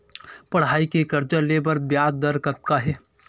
पढ़ई के कर्जा ले बर ब्याज दर कतका हे?